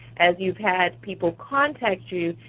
as you've had people contact you,